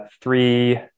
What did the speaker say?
three